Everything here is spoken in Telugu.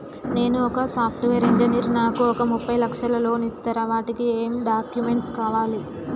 నేను ఒక సాఫ్ట్ వేరు ఇంజనీర్ నాకు ఒక ముప్పై లక్షల లోన్ ఇస్తరా? వాటికి ఏం డాక్యుమెంట్స్ కావాలి?